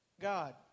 God